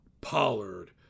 Pollard